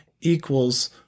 equals